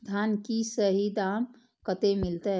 धान की सही दाम कते मिलते?